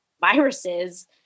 viruses